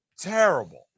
Terrible